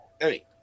hey